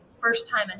first-time